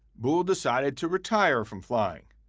boole decided to retire from flying.